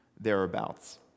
thereabouts